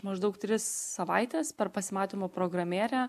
maždaug tris savaites per pasimatymų programėlę